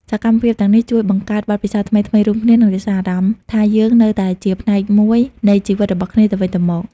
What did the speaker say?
សកម្មភាពទាំងនេះជួយបង្កើតបទពិសោធន៍ថ្មីៗរួមគ្នា និងរក្សាអារម្មណ៍ថាយើងនៅតែជាផ្នែកមួយនៃជីវិតរបស់គ្នាទៅវិញទៅមក។